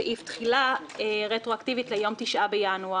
סעיף תחילה רטרואקטיבית ליום 9 בינואר.